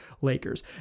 Lakers